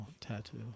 tattoo